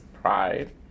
Pride